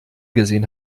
gesehen